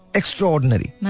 extraordinary